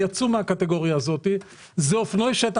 שיצאו מהקטגוריה הזו אלה אופנועי השטח.